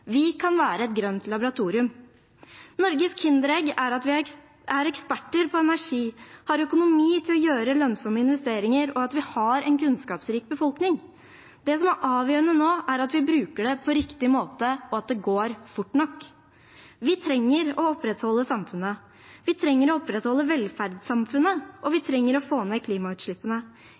Vi kan være et grønt laboratorium. Norges kinderegg er at vi er eksperter på energi, har økonomi til å gjøre lønnsomme investeringer, og at vi har en kunnskapsrik befolkning. Det som er avgjørende nå, er at vi bruker det på riktig måte, og at det går fort nok. Vi trenger å opprettholde samfunnet. Vi trenger å opprettholde velferdssamfunnet, og vi trenger å få ned